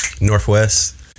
Northwest